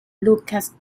lukas